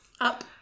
up